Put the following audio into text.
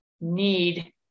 need